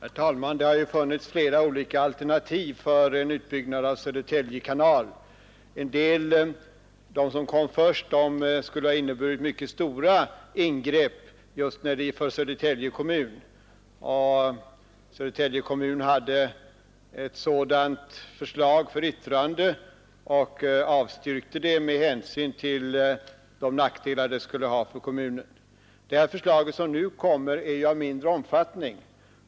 Herr talman! Det har funnits flera olika alternativ för en utbyggnad av Södertälje kanal. En del av de förslag som kom först skulle ha inneburit mycket stora ingrepp för Södertälje kommun. Kommunen hade ett sådant förslag för yttrande och avstyrkte det med hänsyn till de nackdelar det skulle ha för kommunen. Det förslag som nu kommer är av mindre omfattning.